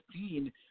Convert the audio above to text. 15